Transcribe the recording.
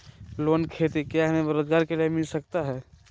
Loan खेती क्या हमें रोजगार के लिए मिलता सकता है?